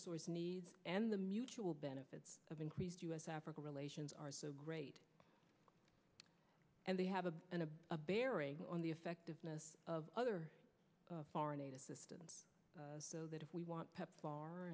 resource needs and the mutual benefit of increased u s africa relations are so great and they have a bearing on the effectiveness of other foreign aid assistance so that if we want pepfar